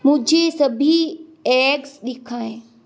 मुझे सभी ऐप्स दिखाएँ